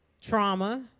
trauma